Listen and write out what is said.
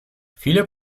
viele